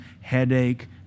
headache